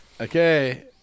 okay